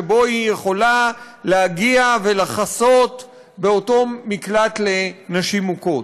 שבו היא יכולה להגיע ולחסות באותו מקלט לנשים מוכות,